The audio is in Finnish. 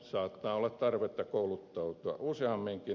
saattaa olla tarvetta kouluttautua useamminkin